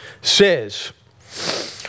says